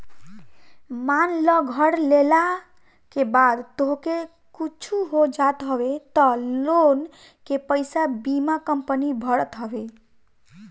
मान लअ घर लेहला के बाद तोहके कुछु हो जात हवे तअ लोन के पईसा बीमा कंपनी भरत हवे